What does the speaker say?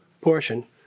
portion